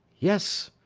yes!